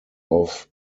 off